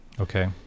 Okay